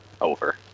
over